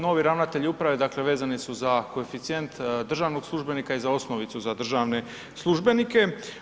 Novi ravnatelji uprave vezani su za koeficijent državnog službenika i za osnovicu za državne službenike.